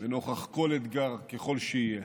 לנוכח כל אתגר ככל שיהיה.